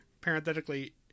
parenthetically